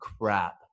Crap